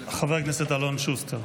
חבר הכנסת אלון שוסטר.